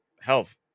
health